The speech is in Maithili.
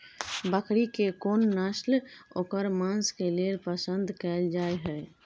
बकरी के कोन नस्ल ओकर मांस के लेल पसंद कैल जाय हय?